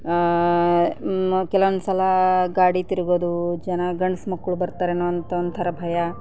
ಇನ್ನು ಕೆಲವೊಂದ್ಸಲ ಗಾಡಿ ತಿರುಗೋದು ಜನ ಗಂಡ್ಸು ಮಕ್ಕಳು ಬರ್ತಾರೆನೋ ಅಂತ ಒಂಥರ ಭಯ